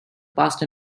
past